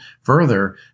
further